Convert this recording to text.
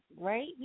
right